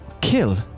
kill